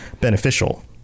beneficial